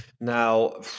Now